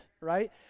right